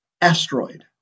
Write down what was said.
asteroid